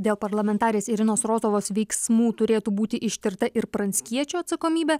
dėl parlamentarės irinos rozovos veiksmų turėtų būti ištirta ir pranckiečio atsakomybė